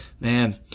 Man